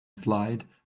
slide